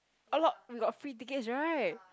a lot we got free tickets right